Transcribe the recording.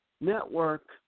Network